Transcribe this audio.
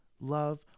love